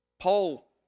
Paul